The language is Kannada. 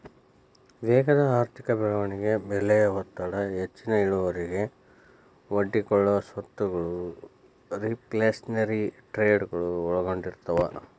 ವೇಗದ ಆರ್ಥಿಕ ಬೆಳವಣಿಗೆ ಬೆಲೆಯ ಒತ್ತಡ ಹೆಚ್ಚಿನ ಇಳುವರಿಗೆ ಒಡ್ಡಿಕೊಳ್ಳೊ ಸ್ವತ್ತಗಳು ರಿಫ್ಲ್ಯಾಶನರಿ ಟ್ರೇಡಗಳು ಒಳಗೊಂಡಿರ್ತವ